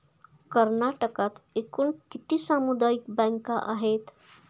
कर्नाटकात एकूण किती सामुदायिक बँका आहेत?